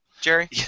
Jerry